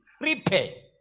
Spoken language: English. repay